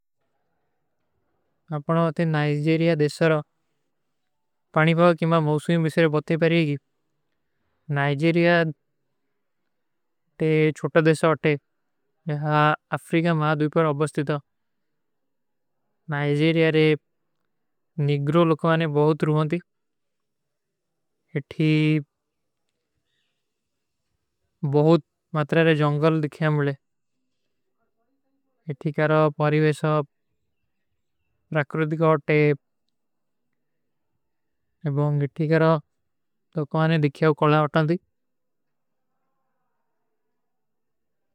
ଅପନା ଅଥେ ନାଈଜେରିଯା ଦେଶାର ପାଣିପାପା କୀମା ମୌସୁମୀ ମିସେର ବତେ ପରେଗୀ। ନାଈଜେରିଯା ଏଟେ ଛଟା ଦେଶା ଅଟେ ଜହାଁ ଅଫ୍ରୀକା ମାଁ ଦୂପର ଅବସ୍ତିତା। ନାଈଜେରିଯାରେ ନୀଗ୍ରୋ ଲୋଗଵାନେ ବହୁତ ରୂହଂ ଥୀ। ଇଠୀ ବହୁତ ମାତରେରେ ଜଂଗଲ ଦିଖିଯାଂ ମିଲେ। ଇଠୀ କରା ପରିଵେଶାବ, ରକୃତିକ ଆଟେ ଏବଂଗ ଇଠୀ କରା ଦୋକାନେଂ ଦିଖିଯାଁ କଲା ଆଟାଂ ଦୀ।